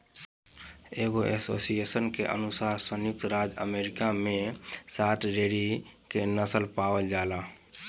एगो एसोसिएशन के अनुसार संयुक्त राज्य अमेरिका में सात डेयरी के नस्ल पावल जाला